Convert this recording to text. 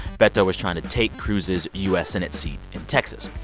beto is trying to take cruz's u s. senate seat in texas.